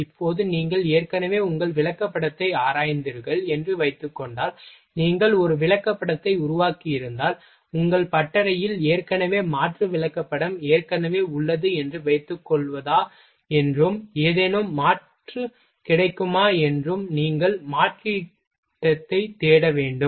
இப்போது நீங்கள் ஏற்கனவே உங்கள் விளக்கப்படத்தை ஆராய்ந்தீர்கள் என்று வைத்துக்கொண்டால் நீங்கள் ஒரு விளக்கப்படத்தை உருவாக்கியிருந்தால் உங்கள் பட்டறையில் ஏற்கனவே மாற்று விளக்கப்படம் ஏற்கனவே உள்ளது என்று வைத்துக்கொள்வதா என்றும் ஏதேனும் மாற்று கிடைக்குமா என்றும் நீங்கள் மாற்றீட்டைத் தேட வேண்டும்